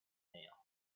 nail